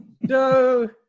No